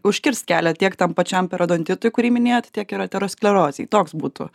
užkirst kelią tiek tam pačiam periodontitui kurį minėjote tiek ir aterosklerozei toks būtų